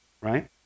Right